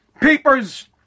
papers